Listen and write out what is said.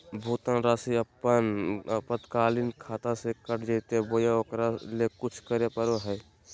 भुक्तान रासि अपने आपातकालीन खाता से कट जैतैय बोया ओकरा ले कुछ करे परो है?